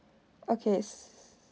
okay